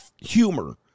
humor